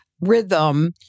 rhythm